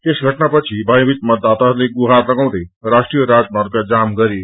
यस घटनापछि भयभ्वित मतदाताहरूले गुझर लगाउँदै राष्ट्रिय राजर्माग जाम गरे